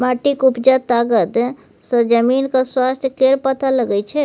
माटिक उपजा तागत सँ जमीनक स्वास्थ्य केर पता लगै छै